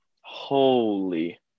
Holy